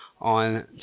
on